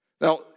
Now